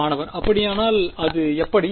மாணவர் அப்படியானால் அது எப்படி